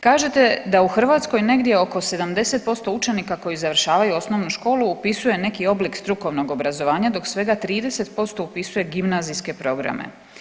Kažete da u Hrvatskoj negdje oko 70% učenika koji završavaju osnovnu školu upisuje neki oblik strukovnog obrazovanja dok svega 30% upisuje gimnazijske programe.